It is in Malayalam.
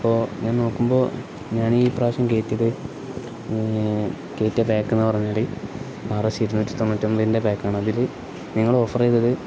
അപ്പോ ഞാൻ നോക്കുമ്പോ ഞാന ഈ പ്ര്രാവശ്യം കേറ്റിയത് കേറ്റിയ പാക്ക്ന്ന് പറഞ്ഞാല് ആാറാസ് ഇരുന്നൂറ്റി തൊണ്ണൂറ്റൊമ്പതിൻ്റെ പാക്ക്ാണ് അതില് നിങ്ങ ഓഫറെ ചെയ്തത്